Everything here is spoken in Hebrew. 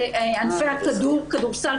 כדורסל,